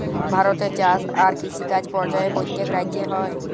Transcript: ভারতে চাষ আর কিষিকাজ পর্যায়ে প্যত্তেক রাজ্যে হ্যয়